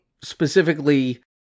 specifically